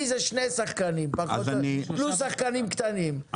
אלה שני שחקנים פלוס שחקנים קטנים.